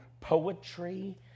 poetry